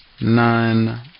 nine